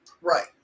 Right